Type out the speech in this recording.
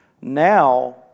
Now